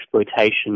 exploitation